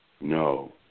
no